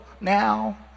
now